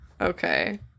Okay